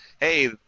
Hey